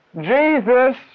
Jesus